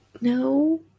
No